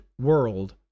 world